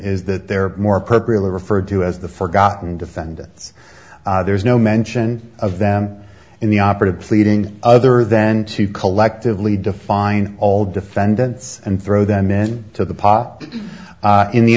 is that they're more appropriately referred to as the forgotten defendants there is no mention of them in the operative pleading other then to collectively define all defendants and throw them in to the pa in the